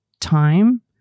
time